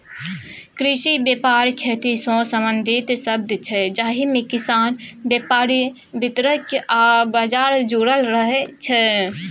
कृषि बेपार खेतीसँ संबंधित शब्द छै जाहिमे किसान, बेपारी, बितरक आ बजार जुरल रहय छै